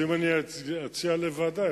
אם אציע לוועדה,